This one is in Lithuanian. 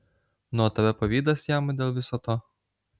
nu o tave pavydas jama dėl viso to